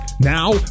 now